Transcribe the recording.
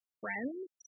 friends